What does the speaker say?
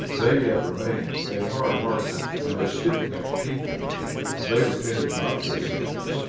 they yet remained a hard-hearted and a stiffnecked people and they repented not of their sins,